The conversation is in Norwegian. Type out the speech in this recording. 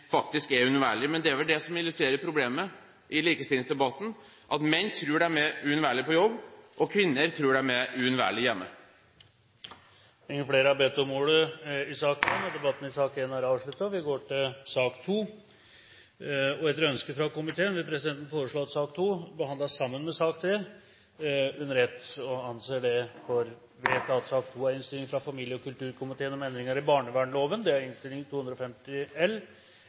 faktisk er unnværlige. Men det er vel det som illustrerer problemet i likestillingsdebatten, at menn tror de er uunnværlige på jobb, og kvinner tror de er uunnværlige hjemme. Flere har ikke bedt om ordet til sak nr. 1. Etter ønske fra familie- og kulturkomiteen vil presidenten foreslå at sak nr. 2 og sak nr. 3 behandles under ett. – Det anses vedtatt. Etter ønske fra familie- og kulturkomiteen vil presidenten foreslå at taletiden begrenses til 40 minutter og